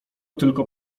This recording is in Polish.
tylko